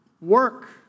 work